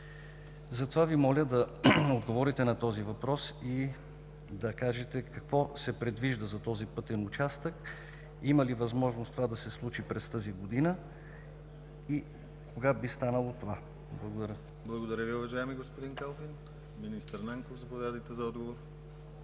Затова Ви моля да отговорите на този въпрос и да кажете какво се предвижда за този пътен участък. Има ли възможност това да се случи през тази година и кога би станало това? Благодаря. ПРЕДСЕДАТЕЛ ДИМИТЪР ГЛАВЧЕВ: Благодаря Ви, уважаеми господин Калфин. Министър Нанков, заповядайте за отговор.